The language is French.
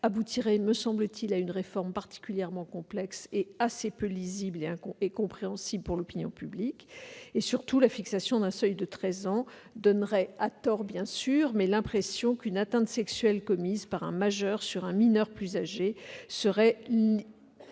-aboutirait à une réforme particulièrement complexe, assez peu lisible et compréhensible pour l'opinion publique. Surtout, la fixation d'un seuil de treize ans donnerait, à tort, bien sûr, l'impression qu'une atteinte sexuelle commise par un majeur sur un mineur plus âgé serait plus